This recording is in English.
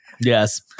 Yes